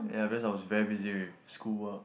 yeah because I was very busy with school work